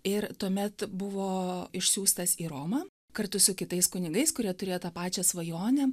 ir tuomet buvo išsiųstas į romą kartu su kitais kunigais kurie turėjo tą pačią svajonę